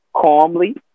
calmly